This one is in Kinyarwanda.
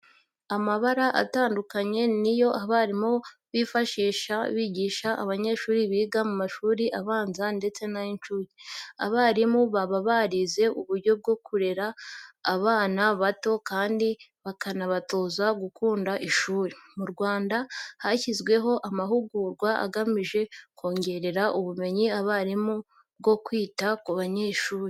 Amabara atandukanye niyo abarimu bifashisha bigisha abanyeshuri biga mu mashuri abanza ndetse n'ay'incuke. Abarimu baba barize uburyo bwo kurera aba bana bato kandi bakanabatoza gukunda ishuri. Mu Rwanda hashyirwaho amahugurwa agamije kongerera ubumenyi abarimu bwo kwita ku banyeshuri.